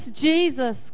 Jesus